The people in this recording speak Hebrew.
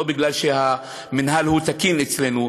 לא כי המינהל הוא תקין אצלנו,